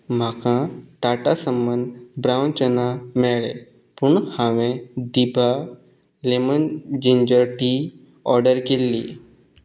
म्हाका टाटा सम्मन ब्रावन चना मेळे पूण हांवें दिपा लॅमन जिंजर टी ऑर्डर केल्ली